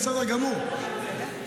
בסדר גמור,